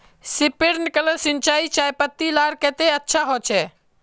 Sprinkler सिंचाई चयपत्ति लार केते अच्छा होचए?